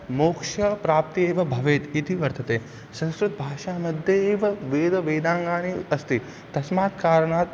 मोक्षप्राप्तिः एव भवेत् इति वर्तते संस्कृतभाषामध्ये एव वेदवेदाङ्गानि अस्ति तस्मात्कारणात्